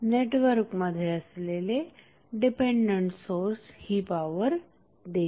नेटवर्कमध्ये असलेले dependent source ही पॉवर देईल